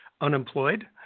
unemployed